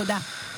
תודה.